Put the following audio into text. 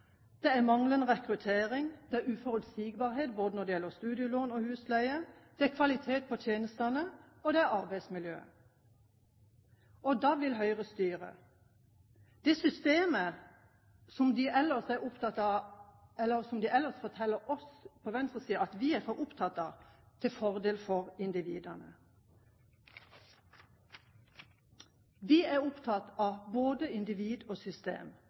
Det er manglende rekruttering, det er uforutsigbarhet når det gjelder både studielån og husleie, det er kvalitet på tjenestene, og det er arbeidsmiljøet. Og da vil Høyre styre. De vil styre systemet som de ellers er opptatt av å fortelle oss på venstresiden at vi er for opptatt av, til fordel for individene. Vi er opptatt av både individ og system.